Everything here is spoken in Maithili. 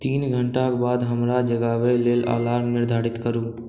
तीन घण्टाक बाद हमरा जगाबय लेल अलार्म निर्धारित करू